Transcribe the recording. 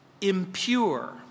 impure